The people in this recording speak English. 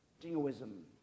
Jingoism